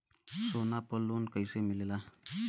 सोना पर loan कइसे मिलेला?